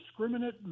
discriminate